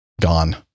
gone